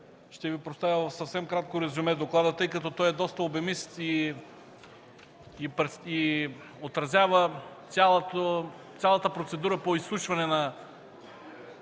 ще Ви представя в съвсем кратко резюме доклада, тъй като той е доста обемист и отразява цялата процедура по изслушване на